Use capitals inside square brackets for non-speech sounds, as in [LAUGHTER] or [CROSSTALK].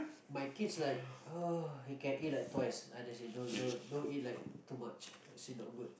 my kids like [NOISE] he can eat like twice I just say don't don't don't eat like too much I say not good